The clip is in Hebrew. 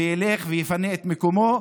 וילך ויפנה את מקומו,